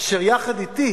אשר יחד אתי